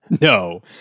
No